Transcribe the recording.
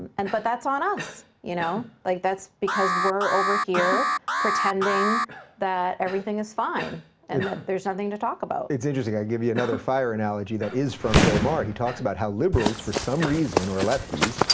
and but that's on us, you know? like that's because we're over here pretending that everything is fine and that there's nothing to talk about. it's interesting, i can give you another fire analogy that is from bill maher. he talks about how liberals, for some reason, or lefties,